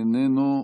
איננו,